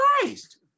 christ